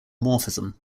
morphism